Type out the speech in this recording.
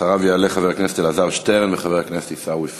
אחריו יעלו חבר הכנסת אלעזר שטרן וחבר הכנסת עיסאווי פריג',